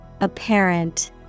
Apparent